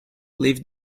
lift